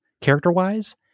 character-wise